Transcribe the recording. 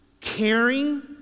caring